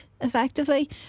effectively